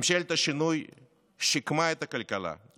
ממשלת השינוי שיקמה את הכלכלה,